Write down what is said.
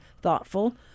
thoughtful